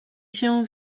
się